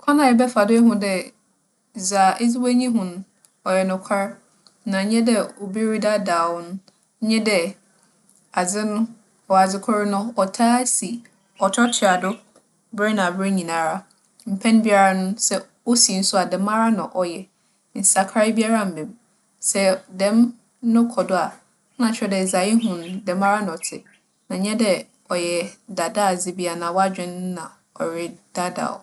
Kwan a ebɛfa do ehu dɛ dza edze w'enyi hu no, ͻyɛ nokwar, na nnyɛ dɛ obi redaadaa wo no nye dɛ, adze no 'or' adzekor no, ͻtaa si, ͻtoatoa do ber na aber nyinara. Mpɛn biara no, sɛ osi so a dɛmara na ͻyɛ, nsakrae biara mmba mu. Sɛ dɛm no kͻ do a, na kyerɛ dɛ dza ihu no, dɛmara na ͻtse na nnyɛ dɛ ͻyɛ daadaadze bi anaa w'adwen no na ͻredaadaa wo.